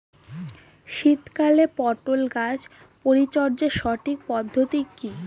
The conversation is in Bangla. শীতকালে পটল গাছ পরিচর্যার সঠিক পদ্ধতি কী?